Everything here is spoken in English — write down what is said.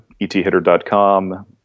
ETHitter.com